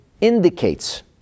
indicates